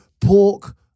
pork